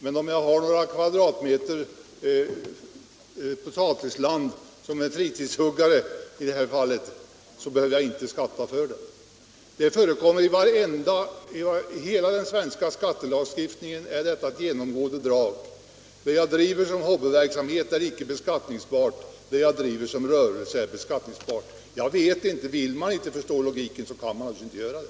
Men om jag som exempelvis fritidshuggare har några kvadratmeter potatisland behöver jag inte skatta. I hela den svenska skattelagstiftningen är detta ett genomgående drag. Det jag får ut genom att bedriva hobbyverksamhet är inte beskattningsbart. Det jag får ut genom att driva rörelse är beskattningsbart. — Vill man inte förstå logiken i detta kan man inte göra det!